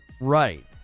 Right